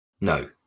No